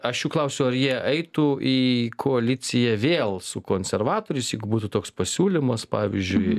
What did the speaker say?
argi aš jų klausiu ar jie eitų į koaliciją vėl su konservatoriais jeigu būtų toks pasiūlymas pavyzdžiui